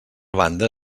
banda